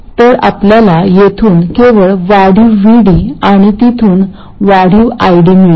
तर आपल्याला येथून केवळ वाढीव VD आणि तिथून वाढीव ID मिळतो